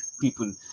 people